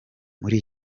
muri